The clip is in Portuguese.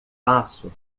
passo